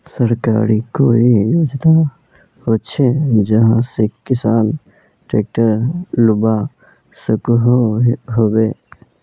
सरकारी कोई योजना होचे जहा से किसान ट्रैक्टर लुबा सकोहो होबे?